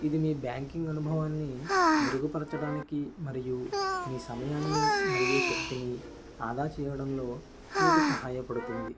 ఇది మీ బ్యాంకింగ్ అనుభవాన్ని మెరుగుపరచడానికి మరియు మీ సమయాన్ని మరియు శక్తిని ఆదా చేయడంలో మీకు సహాయపడుతుంది